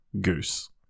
Goose